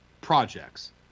projects